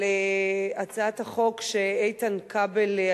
אבל הצעת החוק שאיתן כבל,